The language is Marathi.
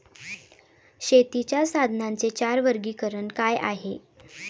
शेतीच्या साधनांचे चार वर्गीकरण काय आहे?